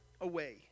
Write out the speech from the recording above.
away